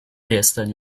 destiny